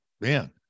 Man